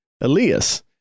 Elias